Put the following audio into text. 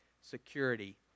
security